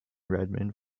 redmond